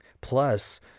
Plus